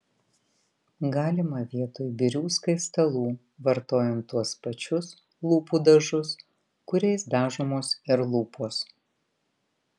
galima vietoj birių skaistalų vartojant tuos pačius lūpų dažus kuriais dažomos ir lūpos